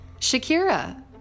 Shakira